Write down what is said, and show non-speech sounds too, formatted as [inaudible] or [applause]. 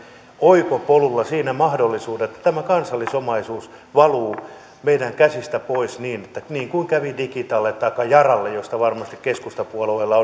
oikopolulla siinä mahdollisuudet että tämä kansallisomaisuus valuu meidän käsistämme pois niin kuin kävi digitalle taikka yaralle josta varmasti keskustapuolueella [unintelligible]